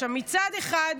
מצד אחד,